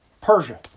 Persia